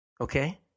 okay